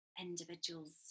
individuals